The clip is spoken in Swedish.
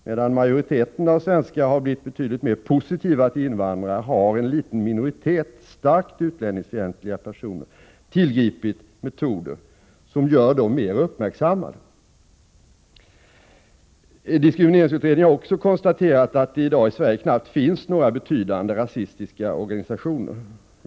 Medan majoriteten av svenskar blivit betydligt mer positiva till invandrare, har en liten minoritet starkt utlänningsfientliga personer tillgripit metoder som gör att de uppmärksammas mer. Diskrimineringsutredningen har också konstaterat att det i dag knappast finns några betydande rasistiska organisationer.